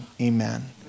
amen